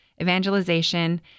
evangelization